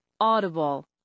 Audible